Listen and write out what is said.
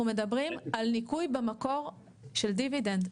אנחנו מדברים על ניכוי במקור של דיבידנד,